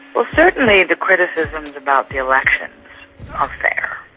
well certainly the criticisms about the election are fair.